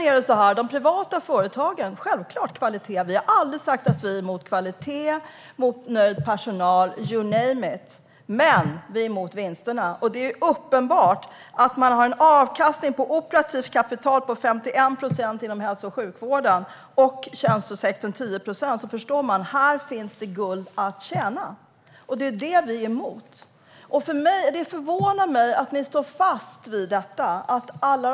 De privata företagen ska självklart ha bra kvalitet. Vi har aldrig sagt att vi är emot kvalitet, nöjd personal, you name it. Men vi är emot vinsterna. Det är uppenbart att med en avkastning på operativt kapital på 51 procent inom hälso och sjukvården och 10 procent inom tjänstesektorn finns det guld att tjäna. Det är detta vi är emot. Det förvånar mig att ni står fast vid detta.